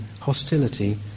hostility